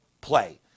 play